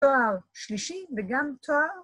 ‫תואר שלישי וגם תואר.